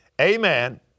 Amen